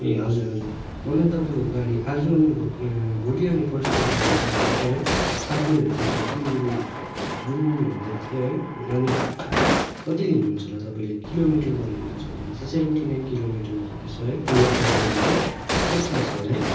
ए हजुर हजुर मलाई तपाईँको गाडी आज अनि भोलि भोलि अनि पर्सिको लागि चाहिएको छ है साथीहरूसित सिलगढी जाउँ भन्दै थिएँ है अनि कति लिनुहुन्छ होला तपाईँले किलोमिटरमा लिनुहुन्छ भने चाहिँ सेभेन्टी नाइन किलोमिटर छ है उन्नतर किलोमिटर कति लाग्छ होला है